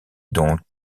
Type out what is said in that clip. dont